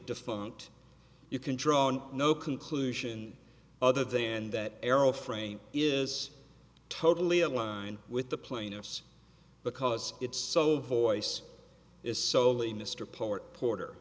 defunct you can draw on no conclusion other than that arrow frame is totally aligned with the plaintiffs because it's so voice is solely mr poet porter